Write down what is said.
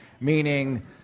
meaning